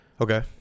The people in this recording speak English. Okay